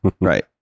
Right